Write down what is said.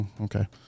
Okay